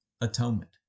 atonement